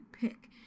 pick